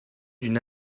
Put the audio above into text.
d’une